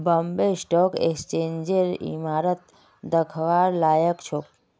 Bombay stock एक्सचेंजेर इमारत दखवार लायक छोक